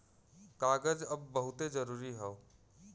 कागज अब बहुते जरुरी हौ